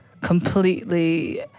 completely